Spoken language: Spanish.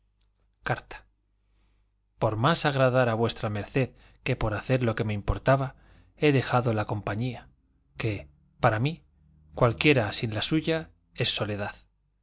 carta más por agradar a v md que por hacer lo que me importaba he dejado la compañía que para mí cualquiera sin la suya es soledad